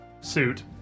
suit